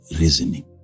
reasoning